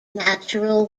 natural